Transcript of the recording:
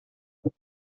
saint